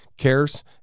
cares